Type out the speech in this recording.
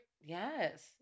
Yes